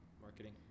marketing